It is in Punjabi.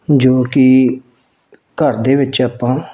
ਜੋ ਕਿ ਘਰ ਦੇ ਵਿੱਚ ਆਪਾਂ